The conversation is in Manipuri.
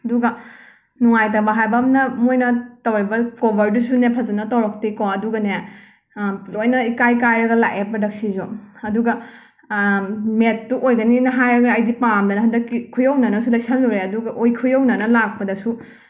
ꯑꯗꯨꯒ ꯅꯨꯉꯥꯏꯇꯕ ꯍꯥꯏꯕ ꯑꯝꯅ ꯃꯣꯏꯅ ꯇꯧꯔꯤꯕ ꯀꯣꯕꯔꯗꯨꯁꯨꯅꯦ ꯐꯖꯅ ꯇꯧꯔꯛꯇꯦꯀꯣ ꯑꯗꯨꯒꯅꯦ ꯂꯣꯏꯅ ꯏꯀꯥꯏ ꯀꯥꯏꯔꯒ ꯂꯥꯛꯑꯦ ꯄ꯭ꯔꯗꯛꯁꯤꯁꯨ ꯑꯗꯨꯒ ꯃꯦꯠꯇꯨ ꯑꯣꯏꯒꯅꯤꯅ ꯍꯥꯏꯔꯒ ꯑꯩꯗꯤ ꯄꯥꯝꯗꯅ ꯍꯟꯗꯛꯇꯤ ꯈꯨꯌꯧꯅꯅꯁꯨ ꯂꯩꯁꯜꯂꯨꯔꯦ ꯑꯗꯨꯒ ꯑꯣꯏ ꯈꯨꯌꯧꯅꯅ ꯂꯥꯛꯄꯗꯁꯨ